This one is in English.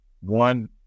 one